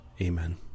Amen